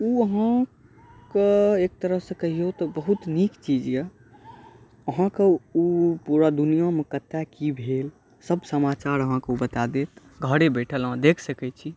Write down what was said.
ओ अहाँके एकतरहसँ कहिऔ तऽ बहुत नीक चीज अइ अहाँके ओ पूरा दुनिआमे कतऽ कि भेल सब समाचार अहाँके ओ बता देत घरे बैठल अहाँ देखि सकै छी